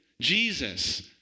Jesus